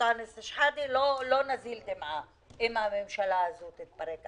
אנטאנס שחאדה לא נזיל דמעה אם הממשלה הזו תתפרק.